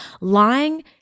lying